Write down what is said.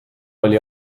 oli